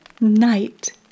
night